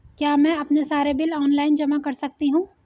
क्या मैं अपने सारे बिल ऑनलाइन जमा कर सकती हूँ?